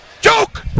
joke